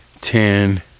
ten